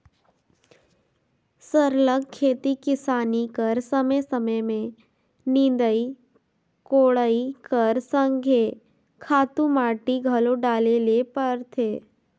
सरलग खेती किसानी कर समे समे में निंदई कोड़ई कर संघे खातू माटी घलो डाले ले परथे